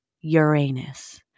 Uranus